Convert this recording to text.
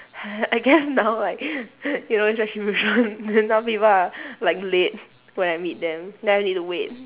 I guess now like you know it's retribution then now people are like late when I meet them now I need to wait